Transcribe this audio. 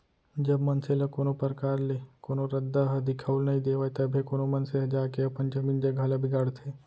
जब मनसे ल कोनो परकार ले कोनो रद्दा ह दिखाउल नइ देवय तभे कोनो मनसे ह जाके अपन जमीन जघा ल बिगाड़थे